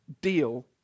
deal